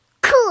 Cool